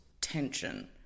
tension